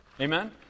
Amen